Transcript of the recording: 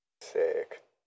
Sick